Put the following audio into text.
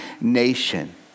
nation